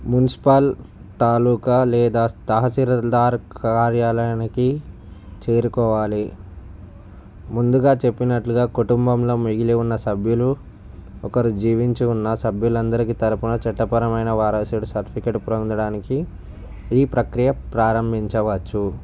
municipal తాలూకా లేదా తహసీల్దార్ కార్యాలయానికి చేరుకోవాలి ముందుగా చెప్పినట్టుగా కుటుంబంలో మిగిలి ఉన్న సభ్యులు ఒకరు జీవించి ఉన్న సభ్యులు అందరి తరపున చట్టపరమైన వారసుడు సర్టిఫికేట్ పొందడానికి ఈ ప్రక్రియ ప్రారంభించవచ్చు